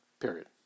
period